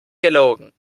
gelogen